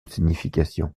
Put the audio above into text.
signification